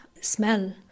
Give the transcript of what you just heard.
smell